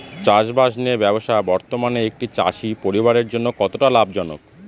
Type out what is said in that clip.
চাষবাষ নিয়ে ব্যবসা বর্তমানে একটি চাষী পরিবারের জন্য কতটা লাভজনক?